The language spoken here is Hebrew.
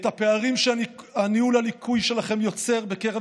את הפערים שהניהול הלקוי שלכם יוצר בקרב